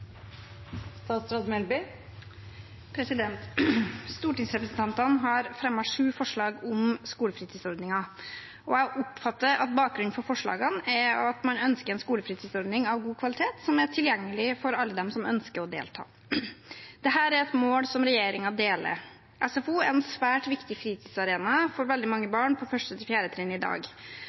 Stortingsrepresentantene har fremmet sju forslag om skolefritidsordningen. Jeg oppfatter at bakgrunnen for forslagene er at man ønsker en skolefritidsordning av god kvalitet som er tilgjengelig for alle som ønsker å delta. Dette er et mål som regjeringen deler. SFO er i dag en svært viktig fritidsarena for veldig mange barn på